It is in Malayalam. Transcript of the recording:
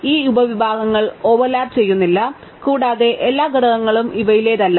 അതിനാൽ ഈ ഉപവിഭാഗങ്ങൾ ഓവർലാപ്പ് ചെയ്യുന്നില്ല കൂടാതെ എല്ലാ ഘടകങ്ങളും ഇവയിലേതല്ല